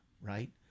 right